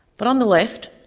but on the left,